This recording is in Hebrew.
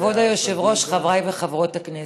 כבוד היושב-ראש, חברי וחברות הכנסת,